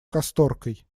касторкой